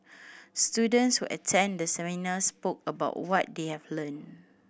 students who attended the seminar spoke about what they have learned